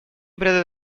придает